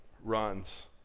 runs